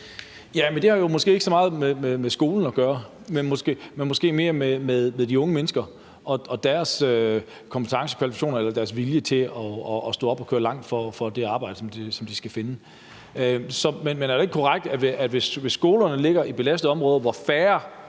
det har måske ikke så meget med skolen at gøre; det har måske mere at gøre med de unge mennesker og deres kompetencer, kvalifikationer eller vilje til at stå op og køre langt for det arbejde, som de skal finde. Men er det ikke korrekt, at skoler, der ligger i belastede områder, hvor færre